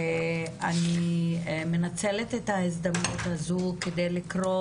אני מנצלת את ההזדמנות הזו כדי לקרוא